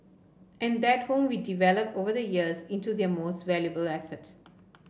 and that home we developed over the years into their most valuable asset